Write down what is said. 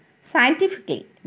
scientifically